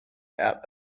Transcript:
out